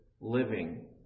living